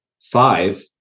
five